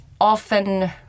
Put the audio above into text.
often